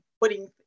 putting